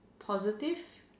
positive